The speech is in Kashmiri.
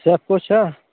سیفِکو چھا